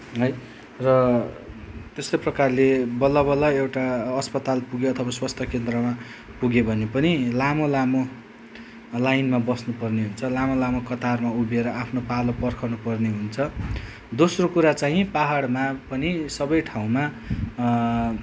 है र त्यस्तो प्रकारले बल्ल बल्ल एउटा अस्पताल पुग्यो अथवा एउटा स्वास्थ्य केन्द्रमा पुग्यो भने पनि लामो लामो लाइनमा बस्नुपर्ने हुन्छ लामो लामो कतारमा उभिएर आफ्नो पालो पर्खनुपर्ने हुन्छ दोस्रो कुरो चाहिँ पाहाडमा पनि सबै ठाउँमा